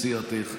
מסיעתך.